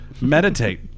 Meditate